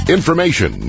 Information